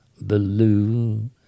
blue